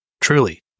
Truly